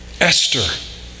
Esther